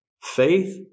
Faith